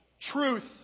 truth